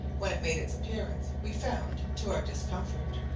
when it made its appearance, we found, to our discomfort,